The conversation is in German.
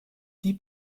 die